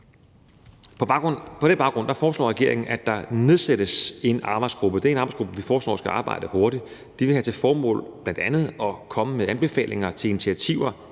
På den baggrund foreslår regeringen, at der nedsættes en arbejdsgruppe. Det er en arbejdsgruppe, som vi foreslår skal arbejde hurtigt. Den vil bl.a. have til formål at komme med anbefalinger til initiativer,